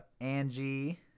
Angie